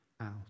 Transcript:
out